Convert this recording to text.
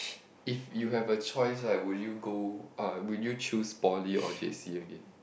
if you have a choice right would you go uh would you choose poly or J_C again